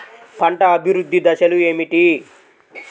పంట అభివృద్ధి దశలు ఏమిటి?